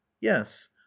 yes